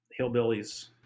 hillbillies